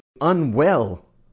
unwell